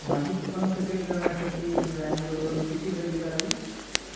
माझी कूपन सक्रिय करण्यासाठी मी लायमरोडवरून किती खरेदी करावी